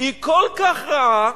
היא כל כך רעה,